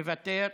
מוותר,